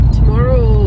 Tomorrow